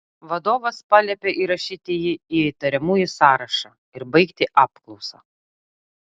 vadovas paliepė įrašyti jį į įtariamųjų sąrašą ir baigti apklausą